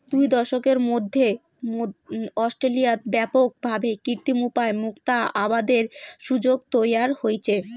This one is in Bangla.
দুই দশকের মধ্যি অস্ট্রেলিয়াত ব্যাপক ভাবে কৃত্রিম উপায় মুক্তা আবাদের সুযোগ তৈয়ার হইচে